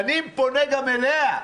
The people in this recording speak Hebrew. אני פונה גם אליה.